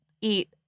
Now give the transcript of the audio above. eat